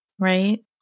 right